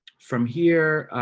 from here.